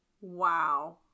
Wow